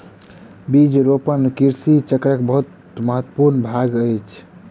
बीज रोपण कृषि चक्रक बहुत महत्वपूर्ण भाग अछि